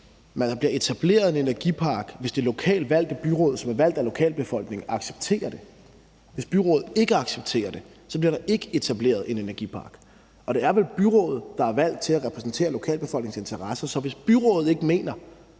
der bliver etableret en energipark, hvis det lokalt valgte byråd, som er valgt af lokalbefolkningen, accepterer det. Hvis byrådet ikke accepterer det, bliver der ikke etableret en energipark. Og det er vel byrådet, der er valgt til at repræsentere lokalbefolkningens interesser, så hvis byrådet ikke mener,